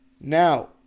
Now